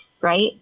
right